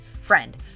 Friend